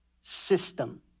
system